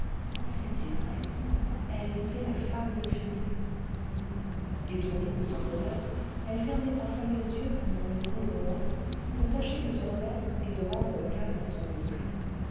c'était vrai elle était la femme de philippe etourdie de son bonheur elle fermait parfois les yeux pendant le le vingtième siècle dîner de noce pour tâcher de se remettre et de rendre le calme à son esprit